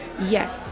Yes